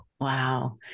Wow